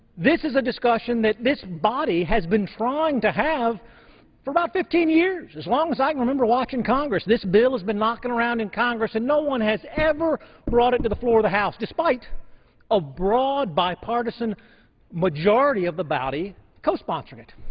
this is a discussion that this body has been trying to have for about fifteen years. as long as i remember watching congress this bill has been knocking around in congress and no one has ever brought it to the floor of the house, despite a broad bipartisan majority of the body co-sponsoring it.